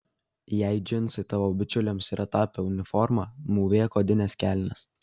jei džinsai tavo bičiulėms yra tapę uniforma mūvėk odines kelnes